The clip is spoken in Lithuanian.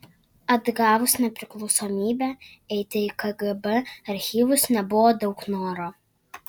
atgavus nepriklausomybę eiti į kgb archyvus nebuvo daug noro